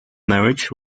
marriage